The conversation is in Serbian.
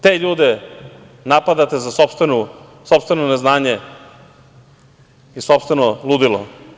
Te ljude napadate za sopstveno neznanje i sopstveno ludilo.